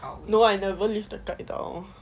no I never leave the 盖 down